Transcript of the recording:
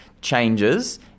changes